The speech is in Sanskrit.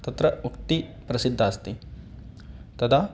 तत्र उक्तिः प्रसिद्धास्ति तदा